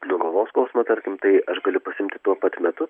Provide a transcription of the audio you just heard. nuo galvos skausmo tarkim tai aš galiu pasiimti tuo pat metu